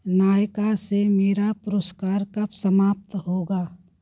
नायका से मेरा पुरस्कार कब समाप्त होगा